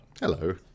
Hello